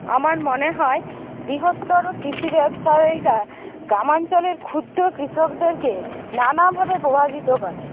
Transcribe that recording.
আমার মনে হয় বৃহত্তর কৃষি ব্যবসায়ীরা গ্রামাঞ্চলের ক্ষুদ্র কৃষকদেরকে নানাভাবে প্রভাবিত করে